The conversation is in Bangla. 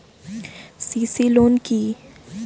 সি.সি লোন কি?